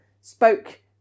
spoke